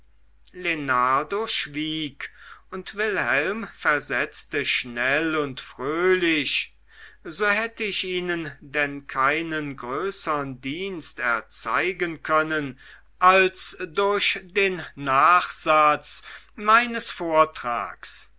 schwieg und wilhelm versetzte schnell und fröhlich so hätte ich ihnen denn keinen größern dienst erzeigen können als durch den nachsatz meines vortrags